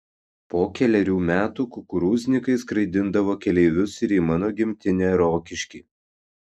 po kelerių metų kukurūznikai skraidindavo keleivius ir į mano gimtinę rokiškį